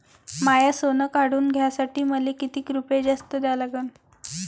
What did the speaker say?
माय सोनं काढून घ्यासाठी मले कितीक रुपये जास्त द्या लागन?